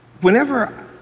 Whenever